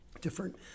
different